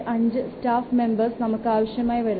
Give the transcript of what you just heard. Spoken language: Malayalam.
5 സ്റ്റാഫ് മെംബേർസ് നമുക്ക് ആവശ്യമായി വരും